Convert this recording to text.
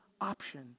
option